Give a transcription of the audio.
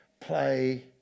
play